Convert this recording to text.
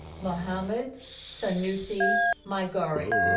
mohammad sanusi maigari